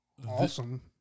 Awesome